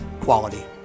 quality